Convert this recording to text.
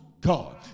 God